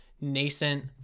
nascent